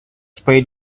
sprayed